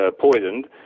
poisoned